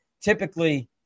Typically